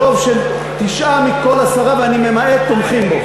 רוב של תשעה מכל עשרה, ואני ממעט, תומכים בו.